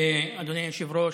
אדוני היושב-ראש,